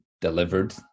delivered